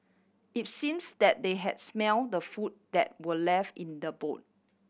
it seems that they had smelt the food that were left in the boot